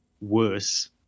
worse